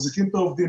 מחזיקים את העובדים,